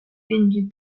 engine